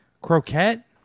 Croquette